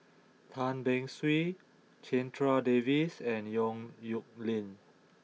Tan Beng Swee Checha Davies and Yong Nyuk Lin